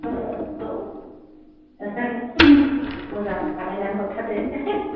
ओमफ्राय मोजां बानायनानै हरथारदो